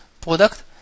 product